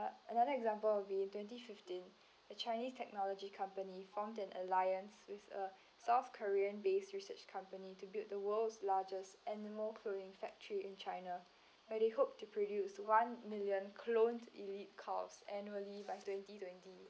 another example would be twenty fifteen the chinese technology company formed an alliance with a south korean based research company to build the world's largest animal cloning factory in china where they hope to produce one million cloned elite calves annually by twenty twenty